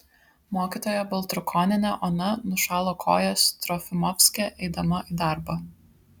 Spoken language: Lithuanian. mokytoja baltrukonienė ona nušalo kojas trofimovske eidama į darbą